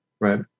Right